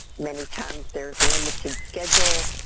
many times there's limited schedule,